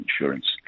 insurance